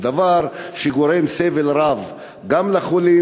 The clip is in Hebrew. זה דבר שגורם סבל רב לחולים,